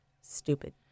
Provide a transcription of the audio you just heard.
stupid